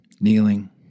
kneeling